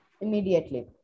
immediately